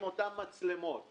עם אותן מצלמות.